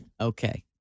Okay